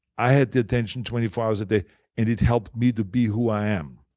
i had the attention twenty four hours a day and it helped me to be who i am.